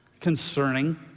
concerning